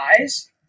eyes